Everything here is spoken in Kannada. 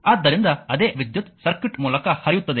ಆದ್ದರಿಂದ ಅದೇ ವಿದ್ಯುತ್ ಸರ್ಕ್ಯೂಟ್ ಮೂಲಕ ಹರಿಯುತ್ತದೆ